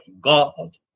God